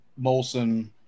Molson